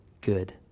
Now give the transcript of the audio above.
good